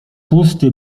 pusty